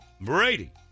Brady